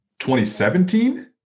2017